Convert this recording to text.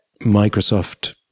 Microsoft